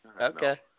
Okay